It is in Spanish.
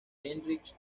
heinrich